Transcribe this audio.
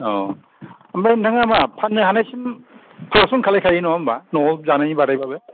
औ ओमफ्राइ नोंथाङा मा फाननो हानाय सिम खालेखसन खालाम खायो नङा होनबा न'आव जानायनि बारैबाबो